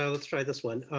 let's try this one.